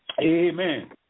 Amen